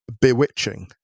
bewitching